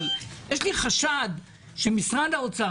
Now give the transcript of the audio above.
יש לי חשד שמשרד האוצר,